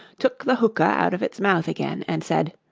took the hookah out of its mouth again, and said,